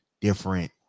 different